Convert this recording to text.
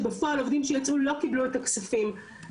ורק בשלב מאוחר יותר כשעובדים כבר יצאו מישראל,